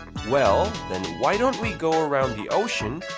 well, then why don't we go around the ocean,